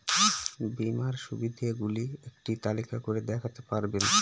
বীমার সুবিধে গুলি একটি তালিকা করে দেখাতে পারবেন?